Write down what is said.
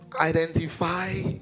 identify